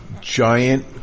giant